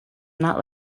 not